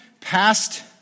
past